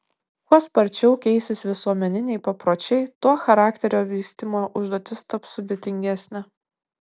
kuo sparčiau keisis visuomeniniai papročiai tuo charakterio vystymo užduotis taps sudėtingesnė